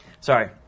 sorry